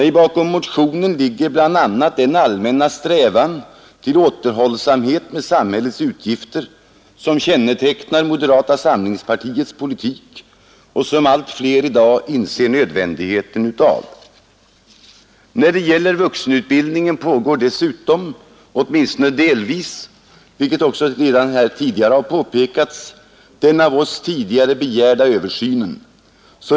Nej, bakom motionen ligger bl.a. den allmänna strävan till återhållsamhet med samhällets utgifter som känne tecknar moderata samlingspartiets politik och som allt fler i dag inser nödvändigheten av. När det gäller vuxenutbildningen pågår dessutom — åtminstone delvis — som här tidigare påpekats den av oss begärda översynen.